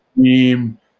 team